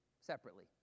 separately